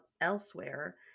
elsewhere